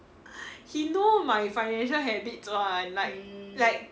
he know my financial habits one like like